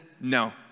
no